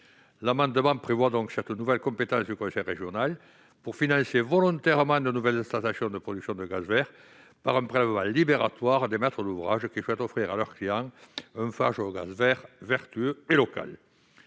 L'amendement vise donc cette nouvelle compétence du conseil régional pour financer volontairement de nouvelles installations de production de gaz vert, par un prélèvement libératoire des maîtres d'ouvrage souhaitant offrir à leurs clients un chauffage au gaz vert vertueux et local.